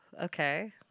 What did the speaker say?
Okay